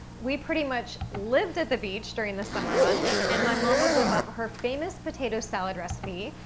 we pretty much lived at the beach during the summer months, and my mom would whip up her famous potato salad recipe,